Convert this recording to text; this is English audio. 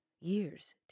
years